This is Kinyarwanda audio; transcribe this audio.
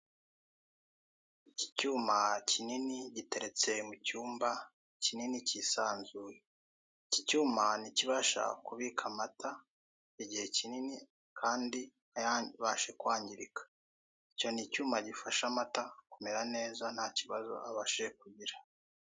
Iki cyuma kinini giteretse mucyumba kinini cyisanzuye. Iki cyuma ni ikibasha kubika amata igihe kinini kandi ntabashe kwangirika. Icyo ni icyuma gifasha amata kumera neza ntakibazo abashije kugira.